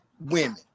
women